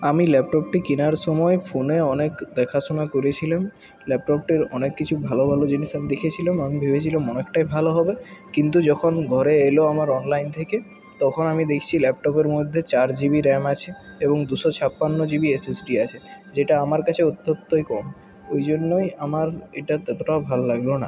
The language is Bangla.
আমি ল্যাপটপটি কেনার সময় ফোনে অনেক দেখাশোনা করেছিলাম ল্যাপটপটির অনেক কিছু ভালো ভালো জিনিস আমি দেখেছিলাম আমি ভেবেছিলাম অনেকটাই ভালো হবে কিন্তু যখন ঘরে এলো আমার অনলাইন থেকে তখন আমি দেখছি ল্যাপটপের মধ্যে চার জিবি র্যাম আছে এবং দুশো ছাপ্পান্ন জিবি এস এস ডি আছে যেটা আমার কাছে অত্যন্তই কম ওই জন্যই আমার এটা ততটাও ভাল লাগলো না